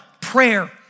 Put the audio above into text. prayer